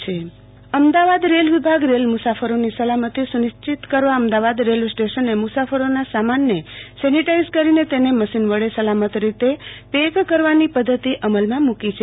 આરતી Bhakt Ahmedabad railway Ahmedabad rail વિભાગ rail મુસાફરોની સલામતી સુનિશ્ચિત કરવા અમદાવાદ રેલવે સ્ટેશને મુસાફરોના સામાનને સેનેટાઈઝ કરીને તેને મશીન વડે સલામત રીતે પેક કરવાની પદ્ધતિ અમલમાં મુકી છે